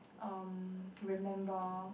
um remember